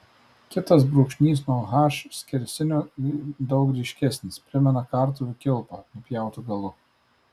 kitas brūkšnys nuo h skersinio daug ryškesnis primena kartuvių kilpą nupjautu galu